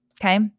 Okay